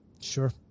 Sure